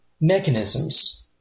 mechanisms